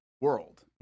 world